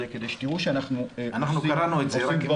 אנחנו קראנו את זה,